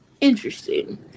Interesting